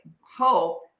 hope